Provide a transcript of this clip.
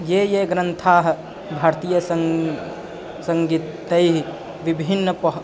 ये ये ग्रन्थाः भारतीयं सङ्गीतं विभिन्नं